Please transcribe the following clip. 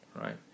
right